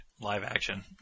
live-action